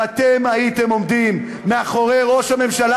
אם אתם הייתם עומדים מאחורי ראש הממשלה,